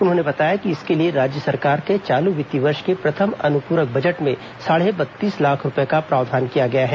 उन्होंने बताया कि इसके लिए राज्य सरकार के चालू वित्तीय वर्ष के प्रथम अनुपूरक बजट में साढ़े बत्तीस लाख रूपए का प्रावधान किया गया है